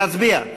להצביע.